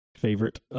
Favorite